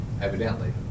evidently